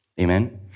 Amen